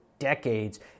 decades